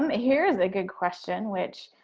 um here's a good question which